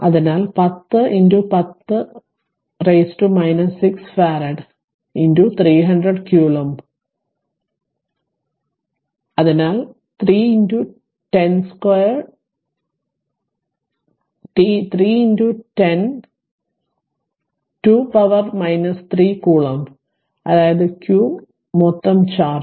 അതിനാൽ 10 10 പവറിന് 6 farad 300 coulomb അതിനാൽ 3 10 2 പവർ 3 കൂലോംബ് അതായത് q മൊത്തം ചാർജ്